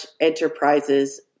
enterprises